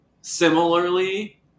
Similarly